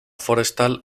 forestal